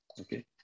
okay